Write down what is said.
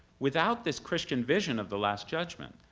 without this christian vision of the last judgment,